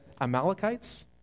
Amalekites